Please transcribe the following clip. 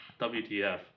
WTF